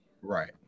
Right